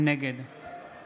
נגד